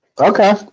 Okay